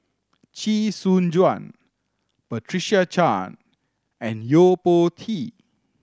Chee Soon Juan Patricia Chan and Yo Po Tee